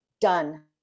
done